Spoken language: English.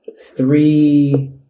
three